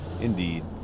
indeed